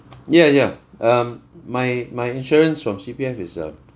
ya ya um my my insurance from C_P_F is a